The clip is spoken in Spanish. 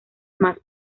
más